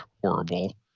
horrible